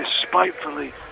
despitefully